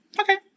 Okay